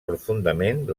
profundament